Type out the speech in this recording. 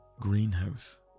greenhouse